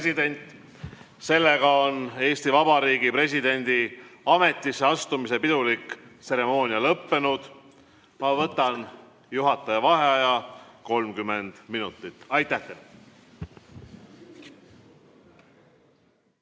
Sellega on Eesti Vabariigi presidendi ametisse astumise pidulik tseremoonia lõppenud. Ma võtan juhataja vaheaja 30 minutit. Aitäh